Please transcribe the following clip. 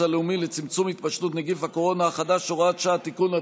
הלאומי לצמצום התפשטות נגיף הקורונה (הוראת שעה) (תיקון),